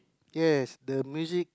yes the music